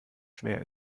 schwer